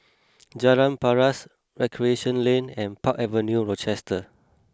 Jalan Paras Recreation Lane and Park Avenue Rochester